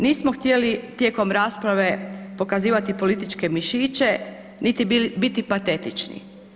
Nismo htjeli tijekom rasprave pokazivati političke mišiće nit biti patetični.